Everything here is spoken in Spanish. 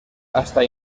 hasta